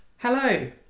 Hello